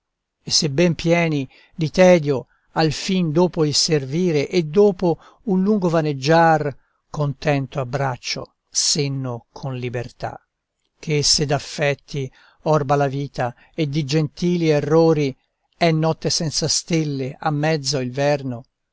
e sebben pieni di tedio alfin dopo il servire e dopo un lungo vaneggiar contento abbraccio senno con libertà che se d'affetti orba la vita e di gentili errori è notte senza stelle a mezzo il verno